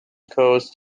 coast